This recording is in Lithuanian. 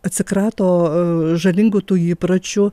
atsikrato žalingų tų įpročių